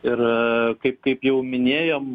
ir kaip kaip jau minėjom